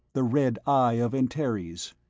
the red eye of antares.